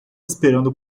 esperando